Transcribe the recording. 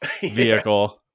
vehicle